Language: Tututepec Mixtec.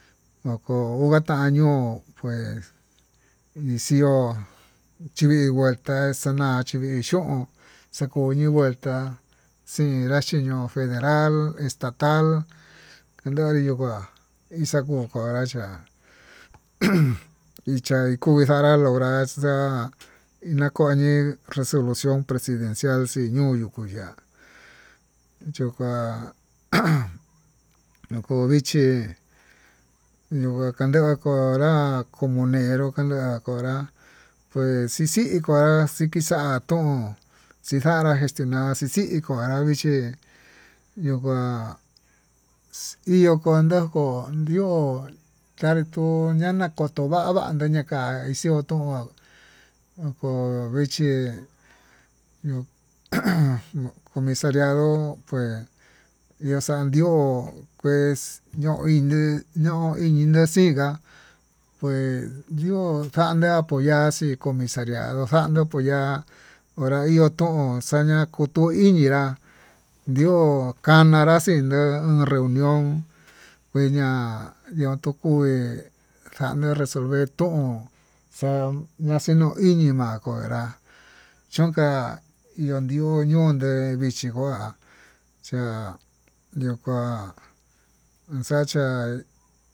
Noko onga ta'a ñoo pues nicio chivii nguelta chivii xhion xakoñi nguelta, xhin ndachiño federal estatal kuenta yu nguá ixakuu xanrachá ujun ixa'a kuvi kanra lograr nde iña koñi resolución presidencial, xii ñoo yuku ya'á choka ajan nuu kó vichí nuka kandió nguora ha comunera kanra njonrá pues xixii konrá pues xixa ñoo xixanrá cuestional xixii konrá vichí yokuan iin yo'o kuanda ko'o ño'o tató ñanakoto vava kuanduu naka ixhion nduu oko vichí ñuu, comisariado pues ihó xandió kuex ño'o ine'e ño'o ini na'a xingá kuex ño'o xandii apoyar xii comisariado xanduu apoyar, onra iyo'o tuun xaña koto inyé ya'a nrió kananrá xindó han reunión kuena yon tukuu hé xanii resolver ton ña'axino iñii namatonrá chonka ndió ihu ñuu ndenguí chikuá cha'á, ñuu kuá inxachá.